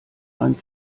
ein